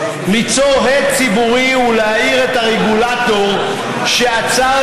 ליצור הד ציבורי ולהעיר את הרגולטור שעצר